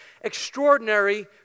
extraordinary